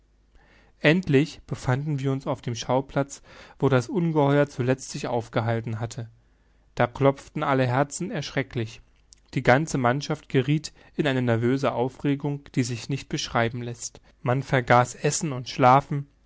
endlich befanden wir uns auf dem schauplatz wo das ungeheuer zuletzt sich aufgehalten hatte da klopften alle herzen erschrecklich die ganze mannschaft gerieth in eine nervöse aufregung die sich nicht beschreiben läßt man vergaß essen und schlafen